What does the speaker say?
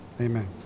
Amen